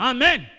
Amen